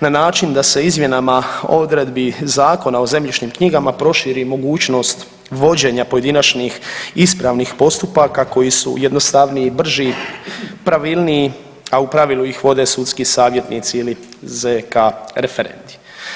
na način da se izmjenama odredbi Zakona o zemljišnim knjigama proširi mogućnost vođenja pojedinačnih ispravnih postupaka koji su jednostavniji, brži, pravilniji, a u pravilu ih vode sudski savjetnici ili zk referenti.